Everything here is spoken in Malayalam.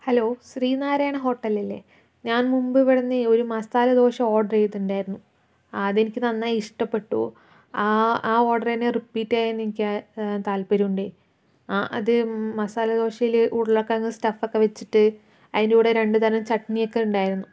ഹലോ ശ്രീ നാരായണ ഹോട്ടലല്ലേ ഞാൻ മുമ്പ് ഇവിടുന്ന് ഒരു മസാല ദോശ ഓർഡർ ചെയ്തിട്ടുണ്ടായിരുന്നു ആ അതെനിക്ക് നന്നായി ഇഷ്ടപ്പെട്ടു ആ ആ ഓർഡർ തന്നെ റിപ്പീറ്റ് ചെയ്യാൻ എനിക്ക് താല്പര്യമുണ്ട് അത് മസാല ദോശയില് ഉരുളക്കിഴങ്ങ് സ്റ്റഫൊക്കെ വെച്ചിട്ട് അതിൻ്റെ കൂടെ രണ്ടുതരം ചട്നി ഒക്കെ ഉണ്ടായിരുന്നു